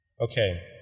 Okay